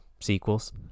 sequels